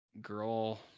girl